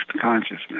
Consciousness